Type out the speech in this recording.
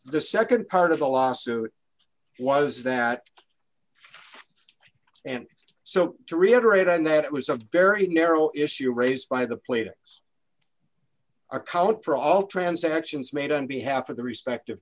the nd part of the lawsuit was that and so to reiterate on that it was a very narrow issue raised by the played account for all transactions made on behalf of the respect